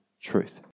truth